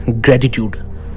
gratitude